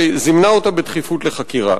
שזימנה אותה בדחיפות לחקירה.